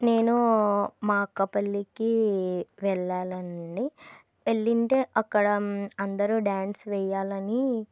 నేను మా అక్క పెళ్ళికి వెళ్ళాలండి వెళ్ళి ఉంటే అక్కడ అందరూ డ్యాన్స్ వెయ్యాలని